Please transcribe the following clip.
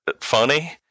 funny